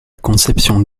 conception